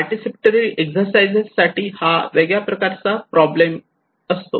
participatory exercises साठी हा वेगळ्या प्रकारचा प्रॉब्लेम असतो